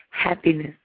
Happiness